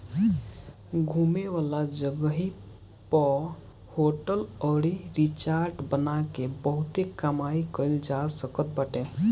घूमे वाला जगही पअ होटल अउरी रिजार्ट बना के बहुते कमाई कईल जा सकत बाटे